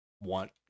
want